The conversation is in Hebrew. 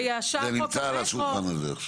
זה נמצא על השולחן הזה.